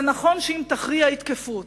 זה נכון שאם תכריע יתקפו אותך,